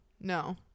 No